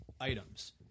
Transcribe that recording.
items